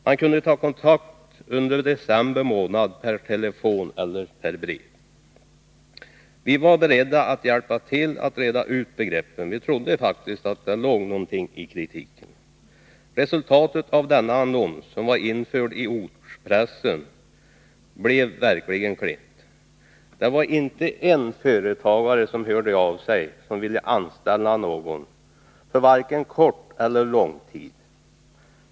Man kunde ta kontakt under december månad per telefon eller per brev. Vi var beredda att hjälpa till att reda ut begreppen. Vi trodde faktiskt att det låg något i kritiken. Resultatet av denna annons, som var införd i ortspressen, blev verkligen klent. Inte en enda företagare hörde av sig och ville anställa någon för vare sig kort eller lång tid.